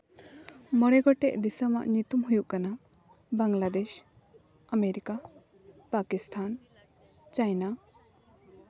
ᱢᱚᱬᱮ ᱜᱚᱴᱮᱡ ᱫᱤᱥᱚᱢᱟᱜ ᱧᱩᱛᱩᱢ ᱦᱩᱭᱩᱜ ᱠᱟᱱᱟ ᱵᱟᱝᱞᱟᱫᱮᱥ ᱟᱢᱮᱨᱤᱠᱟ ᱯᱟᱠᱤᱥᱛᱟᱱ ᱪᱟᱭᱱᱟ